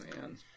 man